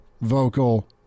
Vocal